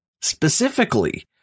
Specifically